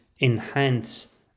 enhance